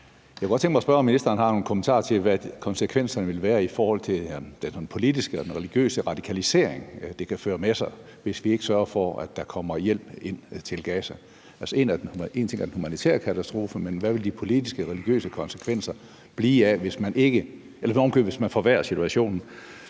Jeg kunne godt tænke mig at spørge, om ministeren har nogle kommentarer til, hvad konsekvenserne ville være i forhold til den politiske og religiøse radikalisering, det kan føre med sig, hvis vi ikke sørger for, at der kommer hjælp ind til Gaza. Altså, én ting er den humanitære katastrofe, men hvad vil de politiske og religiøse konsekvenser være, hvis man forværrer situationen?